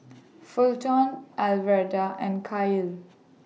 Fulton Alverda and Kael